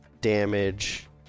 damage